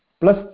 Plus